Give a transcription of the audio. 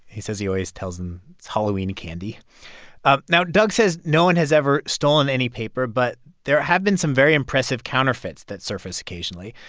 he says he always tells them it's halloween candy um now, doug says no one has ever stolen any paper, but there have been some very impressive counterfeits that surface occasionally.